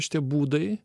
šitie būdai